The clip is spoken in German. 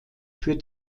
für